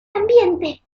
ambiente